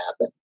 happen